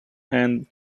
and